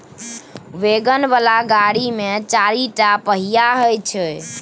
wagon बला गाड़ी मे चारिटा पहिया होइ छै